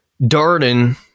Darden